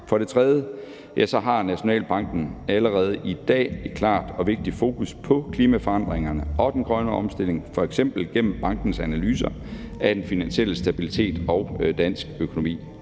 For det tredje har Nationalbanken allerede i dag et klart og vigtigt fokus på klimaforandringerne og den grønne omstilling, f.eks. gennem bankens analyser af den finansielle stabilitet og dansk økonomi.